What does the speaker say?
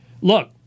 look